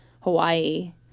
Hawaii